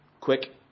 quick